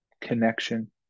connection